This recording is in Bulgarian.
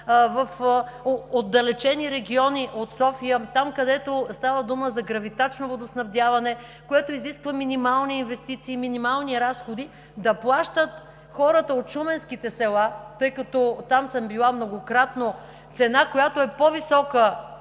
в отдалечени райони от София, там където става дума за гравитачно водоснабдяване, което изисква минимални инвестиции, минимални разходи – да плащат хората от шуменските села, тъй като там съм била многократно, цена на питейната вода,